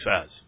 says